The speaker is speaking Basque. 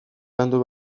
landu